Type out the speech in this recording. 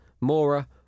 Mora